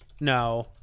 No